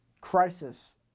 crisis